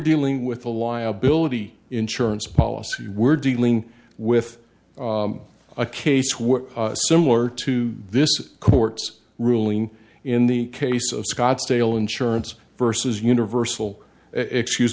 dealing with a liability insurance policy we're dealing with a case were similar to this court's ruling in the case of scottsdale insurance versus universal excuse